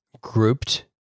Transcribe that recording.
grouped